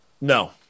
No